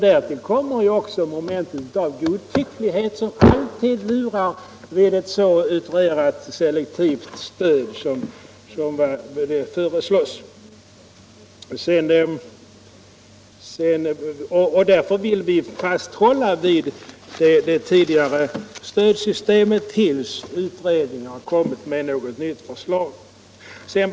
Därtill kommer moment av godtycklighet som alltid lurar vid ett så utrerat selektivt stöd som föreslås. Därför vill vi fasthålla vid det tidigare stödsystemet tills utredningen kommit med något nytt förslag.